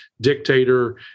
dictator